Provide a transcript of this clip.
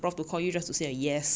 stupid